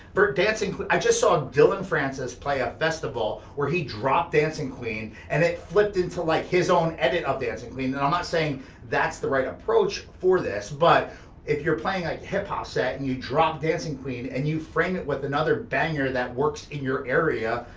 for dancing queen, i just saw dillon francis play ah festival where he dropped dancing queen, and it flipped into like his own edit of dancing queen, and i'm not saying that's the right approach for this, but if you're playing a hip hop set, and you drop dancing queen and you frame it with another banger that works in your area,